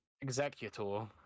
Executor